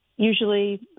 Usually